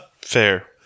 Fair